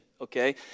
okay